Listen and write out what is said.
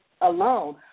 alone